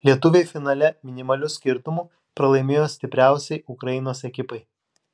lietuviai finale minimaliu skirtumu pralaimėjo stipriausiai ukrainos ekipai